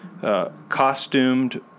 costumed